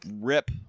rip